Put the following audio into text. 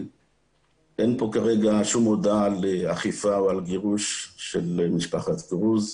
אין פה כרגע שום הודעה על אכיפה או על גירוש של משפחת קרוז,